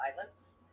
violence